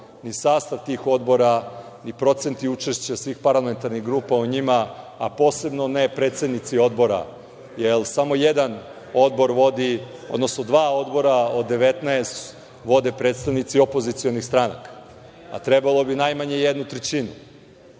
i sastav tih odbora i procenti učešća svih parlamentarnih grupa u njima, a posebno ne predsednici odbora, jer samo jedan odbor vodi, odnosno dva odbora od 19 vode predstavnici opozicionih stranaka, a trebalo bi najmanje jednu trećinu.